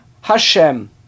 Hashem